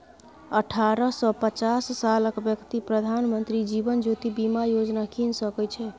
अठारह सँ पचास सालक बेकती प्रधानमंत्री जीबन ज्योती बीमा योजना कीन सकै छै